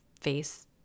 face